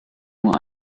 nur